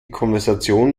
konversation